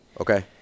Okay